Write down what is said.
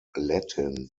latin